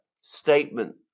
statement